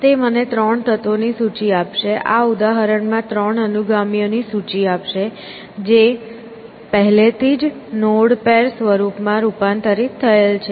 તે મને ત્રણ તત્વોની સૂચિ આપશે આ ઉદાહરણમાં ત્રણ અનુગામીઓની સૂચિ આપશે જે જે પહેલેથી જ નોડ પેર સ્વરૂપમાં રૂપાંતરિત થયેલ છે